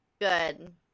Good